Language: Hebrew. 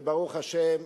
וברוך השם,